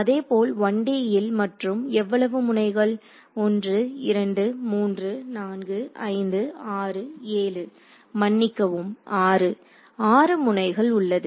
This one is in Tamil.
அதேபோல் 1D ல் மற்றும் எவ்வளவு முனைகள் 1 2 3 4 5 6 7 மன்னிக்கவும் 6 6 முனைகள் உள்ளது